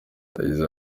yagize